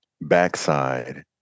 backside